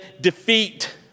defeat